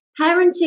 Parenting